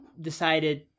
decided